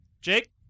Jake